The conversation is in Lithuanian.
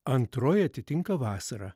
antroji atitinka vasarą